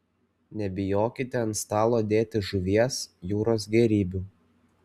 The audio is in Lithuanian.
nebijokite ant stalo dėti žuvies jūros gėrybių